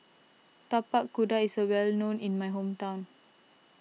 Tapak Kuda is a well known in my hometown